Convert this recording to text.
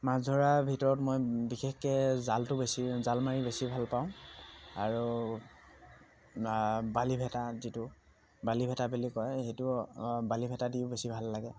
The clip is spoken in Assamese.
মাছ ধৰাৰ ভিতৰত মই বিশেষকৈ জালটো বেছি জাল মাৰি বেছি ভাল পাওঁ আৰু বালি ভেটা যিটো বালি ভেটা বুলি কয় সেইটো বালি ভেটা দিও বেছি ভাল লাগে